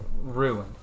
ruined